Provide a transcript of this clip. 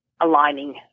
aligning